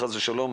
חס ושלום,